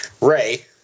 Ray